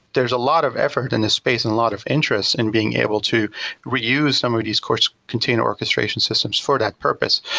there's a lot of effort in the space and a lot of interest in being able to reuse some of these course container orchestration systems for that purpose.